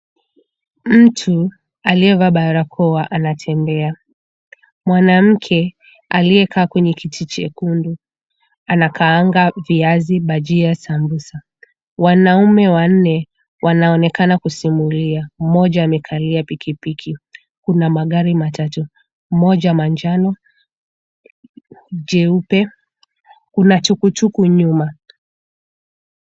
Mtu aliyevaa barakoa anatembea. Mwanamke aliyekaa kwenye kiti chekundu anakaanga viazi, bajia na sambusa. Wanaume wanne wanaonekana kusimulia, mmoja amekalia pikipiki. Kuna magari matatu moja manjano, jeupe na tukutuku nyuma.